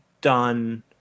done